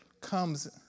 comes